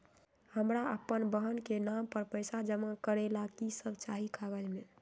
हमरा अपन बहन के नाम पर पैसा जमा करे ला कि सब चाहि कागज मे?